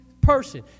person